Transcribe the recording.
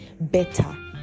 better